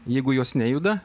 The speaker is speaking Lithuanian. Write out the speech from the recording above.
jeigu jos nejuda